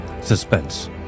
Suspense